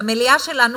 למליאה שלנו,